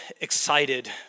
excited